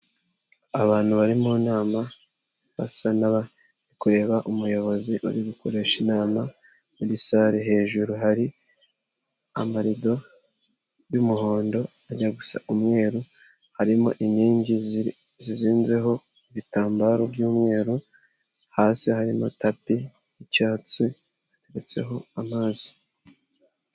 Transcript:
Abantu bari mu nama basa nkabari kureba umuyobozi uri gukoresha inama, muri sare hejuru hari amarido y'umuhondo ajya gusa umweru, harimo inkingi zizinzeho ibitambaro by'umweru, hasi harimo tapi y'icyatsi iteretseho amazi.